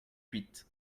huit